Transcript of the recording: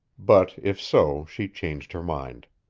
but if so she changed her mind.